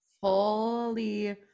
fully